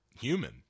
human